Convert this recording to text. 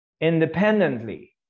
independently